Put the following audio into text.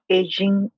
aging